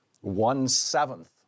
one-seventh